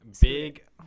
big